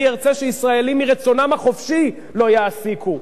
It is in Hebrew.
אני ארצה שישראלים מרצונם החופשי לא יעסיקו,